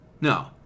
no